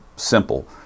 simple